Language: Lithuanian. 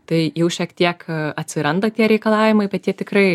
tai jau šiek tiek atsiranda tie reikalavimai bet jie tikrai